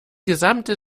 gesamte